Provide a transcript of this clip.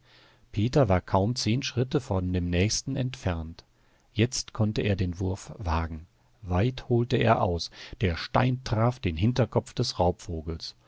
peter war kaum zehn schritte von dem nächsten entfernt jetzt konnte er den wurf wagen weit holte er aus der stein traf den hinterkopf des raubvogels